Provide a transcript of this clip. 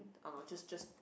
I was just just